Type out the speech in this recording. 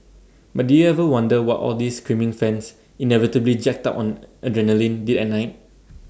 but did you ever wonder what all these screaming fans inevitably jacked up on adrenaline did at night